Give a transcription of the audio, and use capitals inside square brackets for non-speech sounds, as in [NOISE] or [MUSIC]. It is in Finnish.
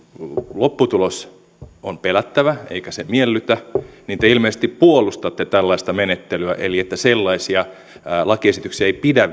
lopputulos on pelättävä eikä se miellytä niin te ilmeisesti puolustatte tällaista menettelyä eli että sellaisia lakiesityksiä ei pidä [UNINTELLIGIBLE]